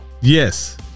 Yes